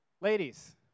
Ladies